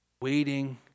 Waiting